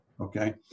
Okay